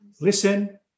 listen